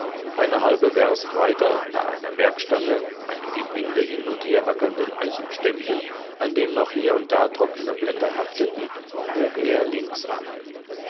eine halbe werst weiter bei einer merkstange einem im winde hin und her wackelnden eichenstämmchen an dem noch hier und da trockene blätter hafteten bog er links ab